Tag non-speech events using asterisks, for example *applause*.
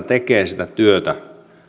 *unintelligible* tekevät sitä työtä